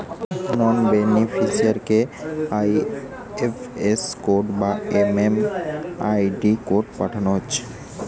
নন বেনিফিসিয়ারিকে IFS code বা MMID code পাঠানা হচ্ছে